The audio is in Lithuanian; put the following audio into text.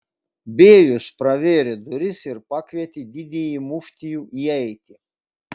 bėjus pravėrė duris ir pakvietė didįjį muftijų įeiti